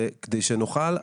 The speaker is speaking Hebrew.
זה כדי שנוכל,